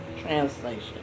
translation